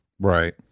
right